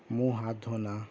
منہ ہاتھ دھونا